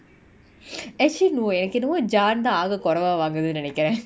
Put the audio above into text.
actually no என்னக்கு என்னவோ:enaku ennavo jane தா ஆகக்கொரைவா வாங்குது நெனைகுர:tha aakakkoraiva vaanguthu nenaikura